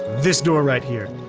this door right here.